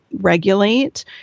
regulate